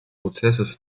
prozesses